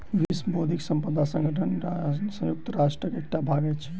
विश्व बौद्धिक संपदा संगठन संयुक्त राष्ट्रक एकटा भाग अछि